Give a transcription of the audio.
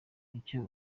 icyo